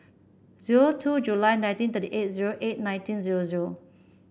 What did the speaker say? zero two July nineteen thirty eight zero eight nineteen zero zero